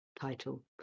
title